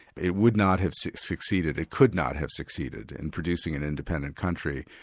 it would not have so succeeded it could not have succeeded in producing an independent country,